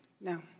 No